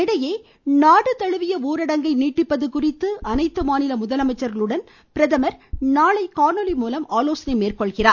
இதனிடையே நாடுதழுவிய ஊரடங்கை நீட்டிப்பது குறித்து அனைத்து மாநில முதலமைச்சர்களுடன் பிரதமர் நாளை காணொலி மூலம் ஆலோசனை மேற்கொள்கிறார்